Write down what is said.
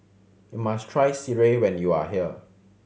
must try sireh when you are here